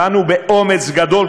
באנו באומץ גדול,